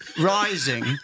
rising